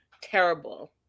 terrible